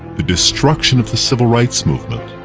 the destruction of the civil rights movement.